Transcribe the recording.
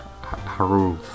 Haru